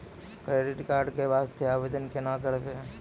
Credit card के वास्ते आवेदन केना करबै?